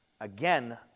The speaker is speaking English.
again